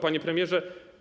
Panie Premierze!